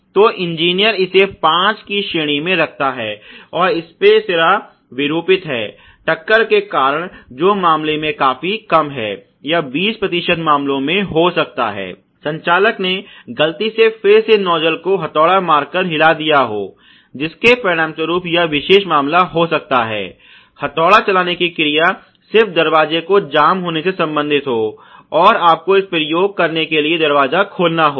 तो इंजीनियर इसे 5 की श्रेणी मे रखता है और स्प्रे सिरा विरूपित है टक्कर के कारण जो मामले में काफी कम है या 20 प्रतिशत मामलों में हो सकता है संचालक ने गलती से फिर से नोज्जल को हथोड़ा मार कर हिला दिया हो जिसके परिणामस्वरूप यह विशेष मामला हो सकता है हथौड़ा चलाने की क्रिया सिर्फ दरवाजे के जाम होने से संबंधित हो और आपको इस प्रयोग को करने के लिए दरवाजा खोलना होगा